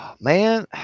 man